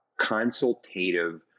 consultative